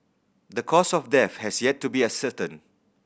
the cause of death has yet to be ascertained